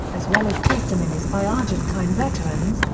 as well as testimonies by argentine veterans,